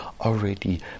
already